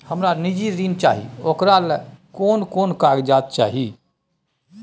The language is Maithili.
हमरा निजी ऋण चाही ओकरा ले कोन कोन कागजात चाही?